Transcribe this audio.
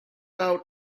out